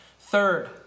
Third